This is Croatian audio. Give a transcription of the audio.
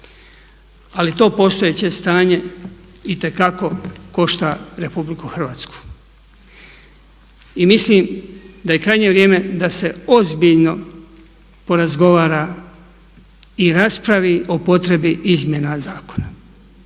ali to postojeće stanje itekako košta Republiku Hrvatsku. I mislim da je krajnje vrijeme da se ozbiljno porazgovara i raspravi o potrebi izmjena zakona